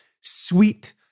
sweet